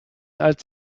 als